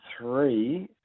three